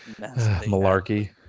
Malarkey